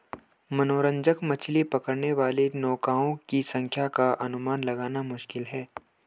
मनोरंजक मछली पकड़ने वाली नौकाओं की संख्या का अनुमान लगाना मुश्किल है